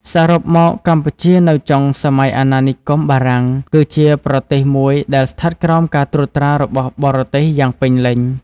សរុបមក កម្ពុជានៅចុងសម័យអាណានិគមបារាំង គឺជាប្រទេសមួយដែលស្ថិតក្រោមការត្រួតត្រារបស់បរទេសយ៉ាងពេញលេញ។